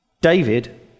David